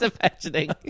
imagining